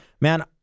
Man